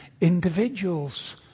individuals